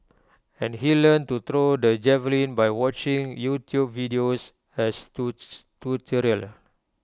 and he learnt to throw the javelin by watching YouTube videos as tutorial